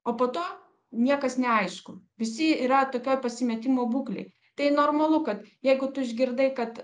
o po to niekas neaišku visi yra tokioj pasimetimo būklėj tai normalu kad jeigu tu išgirdai kad